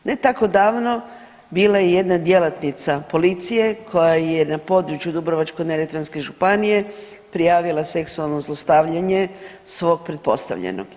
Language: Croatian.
Ne tako davno bila je jedna djelatnica policije koja je na području Dubrovačko-neretvanske županije prijavila seksualno zlostavljanje svog pretpostavljenog.